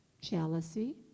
jealousy